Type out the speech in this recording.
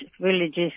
villages